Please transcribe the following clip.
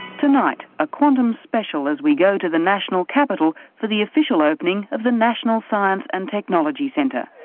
tonight, a quantum special as we go to the national capital for the official opening of the national science and technology centre.